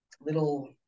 little